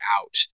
out